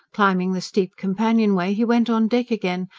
climbing the steep companion-way he went on deck again,